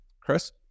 Chris